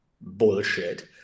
bullshit